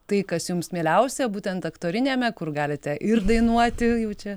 tai kas jums mieliausia būtent aktoriniame kur galite ir dainuoti jau čia